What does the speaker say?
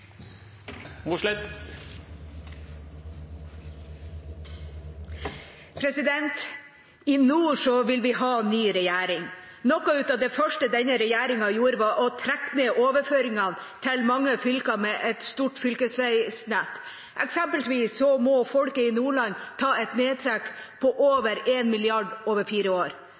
replikkordskifte. I nord vil vi ha ny regjering. Noe av det første denne regjeringen gjorde, var å trekke ned overføringene til mange fylker med stort fylkesveinett. Eksempelvis må folket i Nordland ta et nedtrekk på over 1 mrd. kr over fire år.